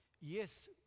yes